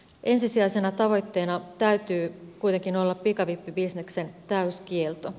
ensisijaisena tavoitteena täytyy kuitenkin olla pikavippibisneksen täyskielto